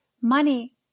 Money